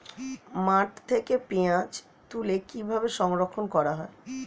মাঠ থেকে পেঁয়াজ তুলে কিভাবে সংরক্ষণ করা হয়?